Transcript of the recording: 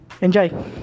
Enjoy